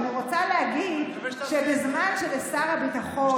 אני רוצה להגיד שבזמן שלשר הביטחון,